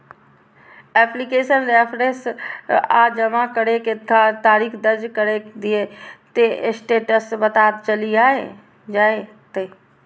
application reference आ जमा करै के तारीख दर्ज कैर दियौ, ते स्टेटस पता चलि जाएत